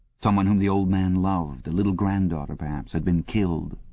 someone whom the old man loved a little granddaughter, perhaps had been killed.